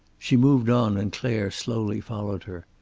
she moved on and clare slowly followed her.